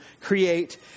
create